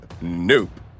Nope